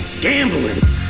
Gambling